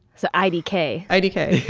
so idk? idk